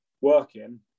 working